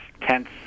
tense